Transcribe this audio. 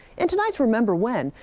in tonight's remember when,